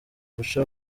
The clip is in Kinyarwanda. guca